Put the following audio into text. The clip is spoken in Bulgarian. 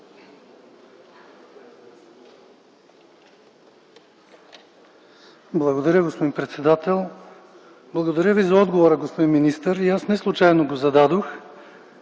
Благодаря, господин председател. Благодаря за отговора, господин министър. Аз неслучайно зададох